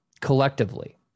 collectively